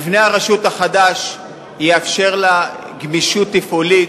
מבנה הרשות החדש יאפשר לה גמישות תפעולית,